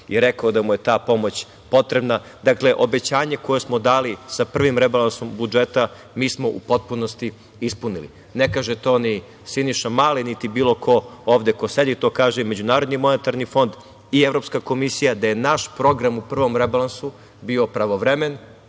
i rekao da mu je ta pomoć potrebna. Dakle, obećanje koje smo dali sa prvim rebalansom budžeta mi smo u potpunosti ispunili. Ne kaže to ni Siniša Mali, niti bilo ko ovde ko sedi, to kaže MMF i Evropska komisija da je naš program u prvom rebalansu bio pravovremen,